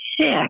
sick